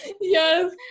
yes